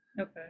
Okay